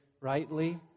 rightly